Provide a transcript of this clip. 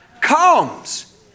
Comes